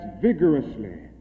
vigorously